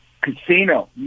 casino